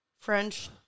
French